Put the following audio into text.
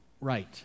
right